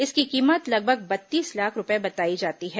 इसकी कीमत लगभग बत्तीस लाख रूपये बताई जाती है